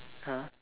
!huh!